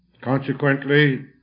Consequently